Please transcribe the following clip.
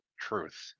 truth